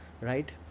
Right